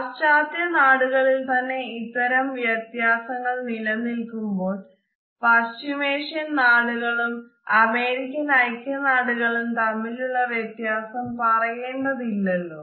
പാശ്ചാത്യ നാടുകളിൽ തന്നെ ഇത്തരം വ്യത്യാസങ്ങൾ നിലനിൽക്കുമ്പോൾ പശ്ചിമേഷ്യൻ നാടുകളും അമേരിക്കൻ ഐക്യനാടുകളും തമ്മിലുള്ള വ്യത്യാസം പറയേണ്ടതില്ലലോ